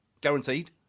guaranteed